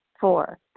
Four